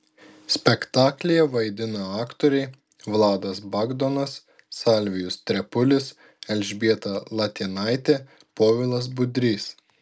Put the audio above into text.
spektaklyje vaidina aktoriai vladas bagdonas salvijus trepulis elžbieta latėnaitė povilas budrys